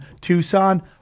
Tucson